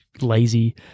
lazy